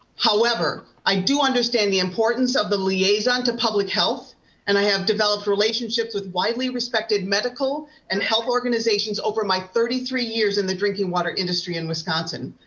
however, i do understand the importance of the liaison to public health and i have developed relationships with widely respected medical and health organizations over my thirty three years in the drinking water industry in wisconsin.